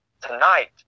tonight